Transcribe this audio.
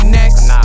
next